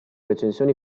recensioni